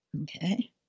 Okay